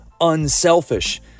unselfish